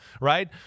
Right